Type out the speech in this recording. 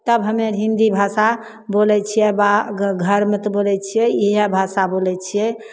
तब हमे हिन्दी भाषा बोलय छियै बा घरमे तऽ बोलय छियै इएह भाषा बोलय छियै